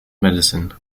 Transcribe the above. medicine